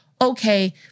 okay